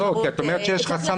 לא, את אומרת שיש חסם תקציבי.